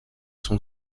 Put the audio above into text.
son